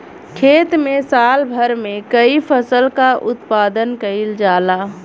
खेत में साल भर में कई फसल क उत्पादन कईल जाला